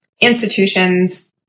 institutions